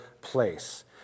place